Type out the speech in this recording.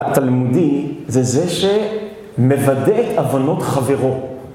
התלמודי זה זה שמוודא את הבנות חברו.